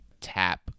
tap